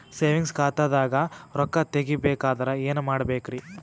Savings ಖಾತಾದಾಗ ರೊಕ್ಕ ತೇಗಿ ಬೇಕಾದರ ಏನ ಮಾಡಬೇಕರಿ?